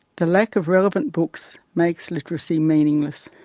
the lack of relevant books makes literacy meaningless.